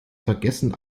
vergessen